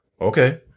Okay